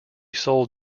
sold